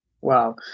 Wow